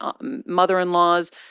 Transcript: mother-in-laws